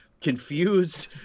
confused